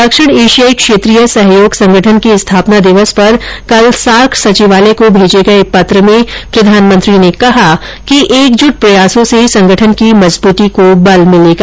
दक्षिण एशियाई क्षेत्रीय सहयोग संगठन के स्थापना दिवस पर कल सार्क सचिवालय को भेजे गए पत्र में प्रधानमंत्री ने कहा कि एकजुट प्रयासों से संगठन की मजबूती को बल मिलेगा